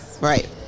Right